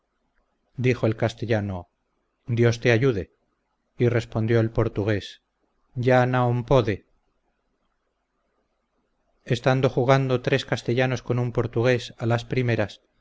dijo el castellano dios te ayude y respondió el portugués ja naon pode estando jugando tres castellanos con un portugués a las primeras